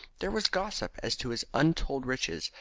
there was gossip as to his untold riches,